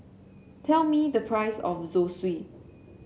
tell me the price of Zosui